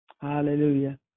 Hallelujah